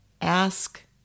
ask